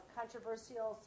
controversial